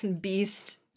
beast